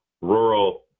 rural